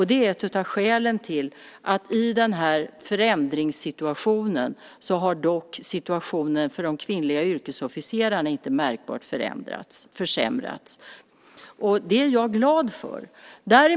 Det är ett av skälen till att situationen för de kvinnliga yrkesofficerarna inte märkbart försämrats i denna förändringssituation. Det är jag glad för.